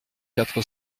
quatre